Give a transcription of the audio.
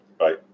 Right